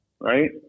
right